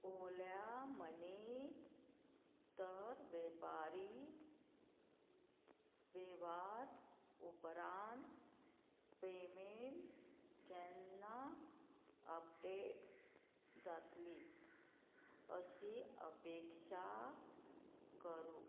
ओवल्या मनी तर वेपारी वेव्हार उपरांत पेमेंट केन्ना अपडेट जातली अशी अपेक्षा करूं